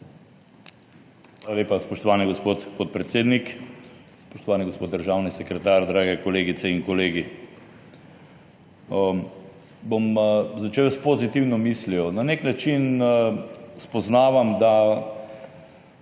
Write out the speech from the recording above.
lepa, spoštovani gospod podpredsednik. Spoštovani gospod državni sekretar, drage kolegice in kolegi! Začel bom s pozitivno mislijo. Na nek način spoznavam, da